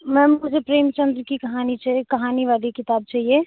ma'am मुझे प्रेमचन्द्र की कहानी कहानी वाली किताब चाहिए